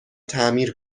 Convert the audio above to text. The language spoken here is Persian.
تعمیر